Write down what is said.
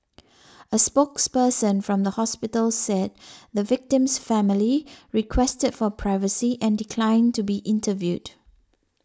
a spokesperson from the hospital said the victim's family requested for privacy and declined to be interviewed